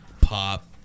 pop